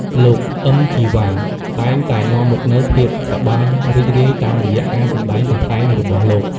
លោក អ៊ឹម ជីវ៉ា តែងតែនាំមកនូវភាពសប្បាយរីករាយតាមរយៈការសម្តែងកំប្លែងរបស់លោក។